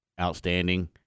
outstanding